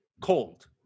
cold